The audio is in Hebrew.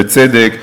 בצדק,